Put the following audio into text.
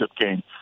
game